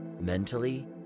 mentally